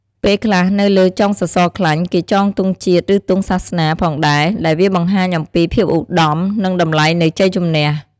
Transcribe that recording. ពេលខ្លះនៅលើចុងសសរខ្លាញ់គេចងទង់ជាតិ ឬទង់សាសនា ផងដែរ ដែលវាបង្ហាញអំពីភាពឧត្តម និងតម្លៃនៃជ័យជម្នះ។